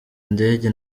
ndege